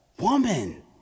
Woman